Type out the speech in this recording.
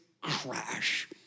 crash